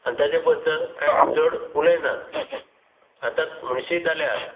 आनी ताच्या बद्दल कांय चड उलयनात आतां म्हणशी जाल्यार